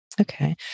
Okay